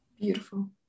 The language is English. Beautiful